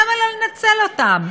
למה לא לנצל אותם?